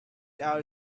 our